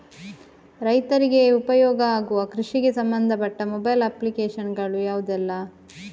ರೈತರಿಗೆ ಉಪಯೋಗ ಆಗುವ ಕೃಷಿಗೆ ಸಂಬಂಧಪಟ್ಟ ಮೊಬೈಲ್ ಅಪ್ಲಿಕೇಶನ್ ಗಳು ಯಾವುದೆಲ್ಲ?